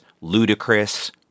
ludicrous